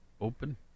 open